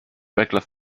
regular